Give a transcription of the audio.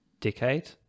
decade